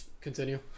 continue